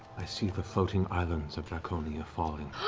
i see the floating islands of draconia falling.